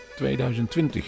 2020